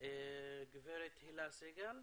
הגב' הילה סגל,